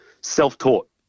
self-taught